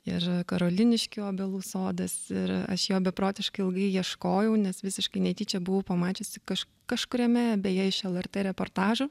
ir karoliniškių obelų sodas ir aš jo beprotiškai ilgai ieškojau nes visiškai netyčia buvau pamačiusi kaš kažkuriame beje iš lrt reportažų